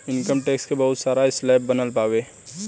income tax के बहुत सारा स्लैब बनल बावे